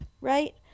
right